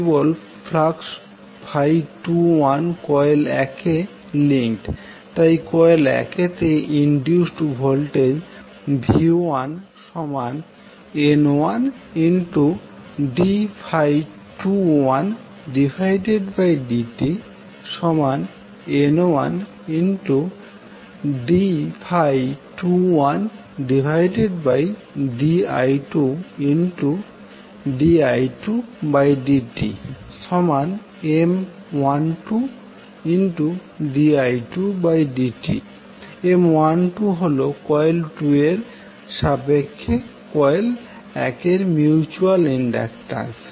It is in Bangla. কেবল ফ্লাক্স 21কয়েল 1 এ লিংকড তাই কয়েল 1 তে ইনডিউসড ভোল্টেজ v1N1d21dtN1d21di2di2dtM12di2dt M12হল কয়েল 2 এর সাপেক্ষে কয়েল 1 এর মিউচুয়াল ইন্ডাক্টান্স